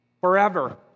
Forever